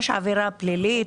יש עבירה פלילי,